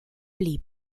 blieb